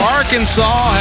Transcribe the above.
Arkansas